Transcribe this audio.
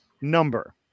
Number